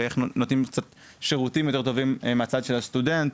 ואיך נותנים קצת שירותים יותר טובים מהצד של הסטודנט,